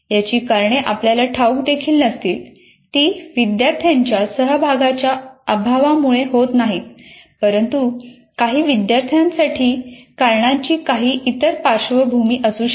याची कारणे आपल्याला ठाऊक देखील नसतील ती विद्यार्थ्यांच्या सहभागाच्या अभावामुळे होत नाही परंतु काही विद्यार्थ्यांसाठी कारणांची काही इतर पार्श्वभूमी असू शकते